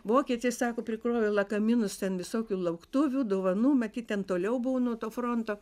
vokiečiai sako prikrovė lagaminus ten visokių lauktuvių dovanų matyt ten toliau buvo nuo to fronto